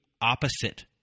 opposite